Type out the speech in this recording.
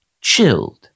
Chilled